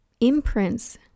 imprints